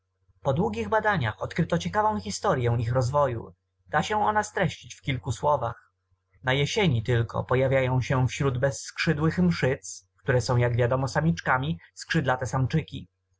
po długich badaniach odkryto ciekawą historyę ich rozwoju da się ona streścić w kilku słowach na jesieni tylko pojawiają się wśród bezskrzydłych mszyc które są jak wiadomo samiczkami skrzydlate samczyki